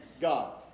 God